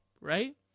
right